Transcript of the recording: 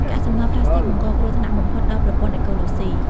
កាកសំណល់ប្លាស្ទិកបង្កគ្រោះថ្នាក់បំផុតដល់ប្រព័ន្ធអេកូឡូស៊ី។